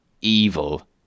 evil